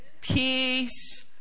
Peace